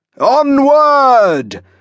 Onward